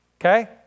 Okay